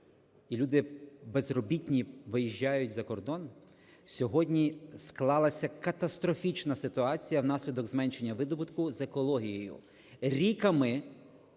і люди безробітні виїжджають за кордон, сьогодні склалася катастрофічна ситуація внаслідок зменшення видобутку з екологією. Ріками